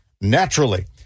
naturally